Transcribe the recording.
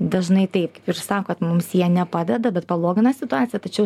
dažnai taip ir sakot mums jie nepadeda bet pablogina situaciją tačiau